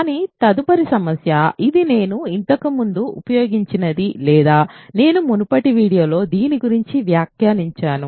కానీ తదుపరి సమస్య ఇది నేను ఇంతకు ముందు ఉపయోగించినది లేదా నేను మునుపటి వీడియోలో దీని గురించి వ్యాఖ్యానించాను